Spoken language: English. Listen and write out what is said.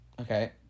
Okay